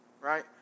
Right